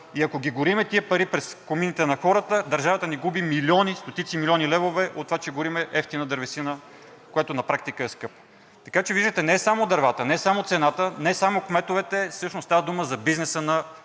и ако ги горим тези пари през комините на хората, държавата ни губи стотици милиони левове от това, че горим евтина дървесина, която на практика е скъпа. Така че не е само дървата, не е само цената, не са само кметовете, а всъщност става дума за бизнеса на